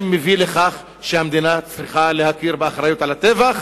מביאה לכך שהמדינה צריכה להכיר באחריות לטבח,